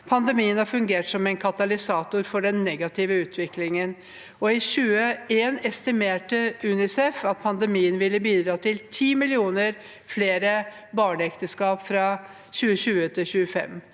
Pandemien har fungert som en katalysator for den negative utviklingen, og i 2021 estimerte UNICEF at pandemien ville bidra til 10 mill. flere barneekteskap fra 2020